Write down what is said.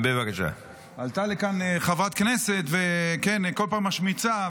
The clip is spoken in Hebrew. עלתה לכאן חברת כנסת וכל פעם משמיצה,